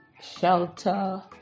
shelter